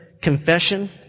confession